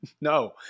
No